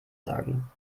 sagen